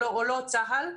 צה"ל,